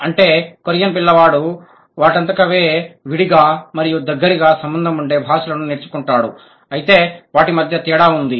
అంటే కొరియన్ పిల్లవాడు వాటంతకవే విడిగా మరియు దగ్గరి సంబంధం ఉండే భాషలను నేర్చుకుంటారు అయితే వాటి మధ్య తేడా ఉంది